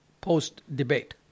post-debate